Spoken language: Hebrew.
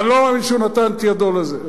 אני לא מאמין שנתן את ידו לזה,